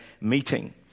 meeting